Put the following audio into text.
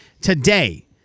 Today